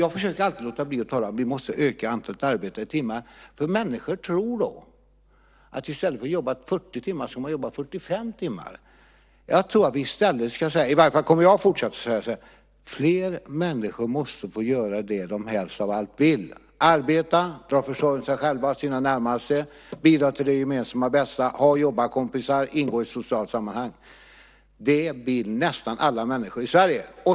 Jag försöker alltid låta bli att tala om att vi måste öka antalet arbetade timmar. Människor tror då att de i stället för att jobba 40 timmar ska jobba 45 timmar i veckan. I varje fall kommer jag att fortsätta att säga: Fler människor måste få göra det de helst av allt vill: arbeta för att ha försörjning för sig själv och sina närmaste, bidra till det gemensamma bästa, ha jobbarkompisar och ingå i ett socialt sammanhang. Det vill nästan alla människor i Sverige.